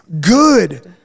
good